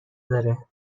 داره